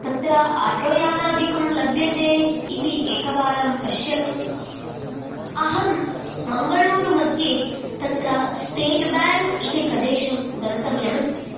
तत्र आटो यानादिकं लभ्यते इति एकवारं पश्यतु अहं मङ्गलूरुमध्ये तत्र स्टेट् ब्याङ्क् इति प्रदेशं गन्तव्यमस्ति